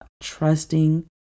trusting